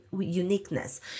uniqueness